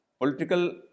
political